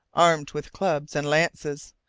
armed with clubs and lances,